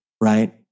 Right